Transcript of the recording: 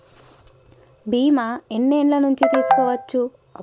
బీమా ఎన్ని ఏండ్ల నుండి తీసుకోవచ్చు?